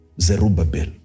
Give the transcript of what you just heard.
Zerubbabel